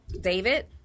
David